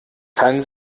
kann